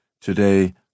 Today